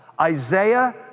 Isaiah